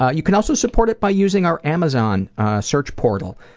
ah you can also support it by using our amazon search portal.